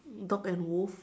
dog and wolf